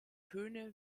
töne